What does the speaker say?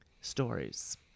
stories